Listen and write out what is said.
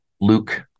Luke